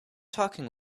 talking